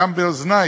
כנסת.